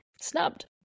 snubbed